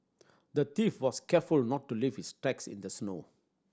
the thief was careful to not leave his tracks in the snow